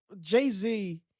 Jay-Z